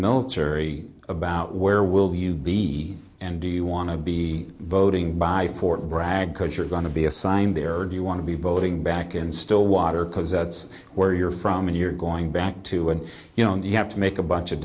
military about where will you be and do you want to be voting by fort bragg because you're going to be assigned there and you want to be voting back in stillwater cause that's where you're from and you're going back to and you know you have to make a bunch of